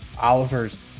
Oliver's